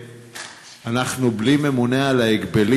3. אנחנו בלי ממונה על ההגבלים.